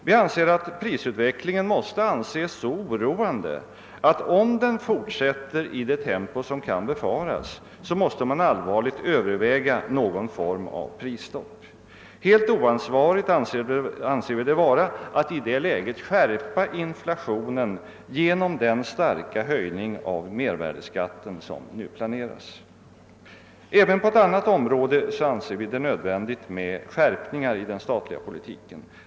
Vi menar att prisutvecklingen måste anses så oroande, att man, om den fortsätter i det tempo som kan befaras, måste allvarligt överväga någon form av prisstopp. Helt oansvarigt anser vi det vara att i det läget skärpa inflationen genom den betydande höjning av mervärdeskatten som nu planeras. Även på ett annat område anser vi det nödvändigt med skärpningar i den statliga politiken.